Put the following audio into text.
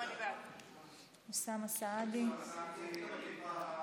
אוסאמה סעדי,